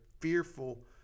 fearful